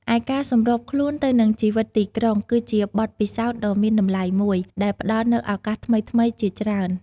ឯការសម្របខ្លួនទៅនឹងជីវិតទីក្រុង គឺជាបទពិសោធន៍ដ៏មានតម្លៃមួយដែលផ្តល់នូវឱកាសថ្មីៗជាច្រើន។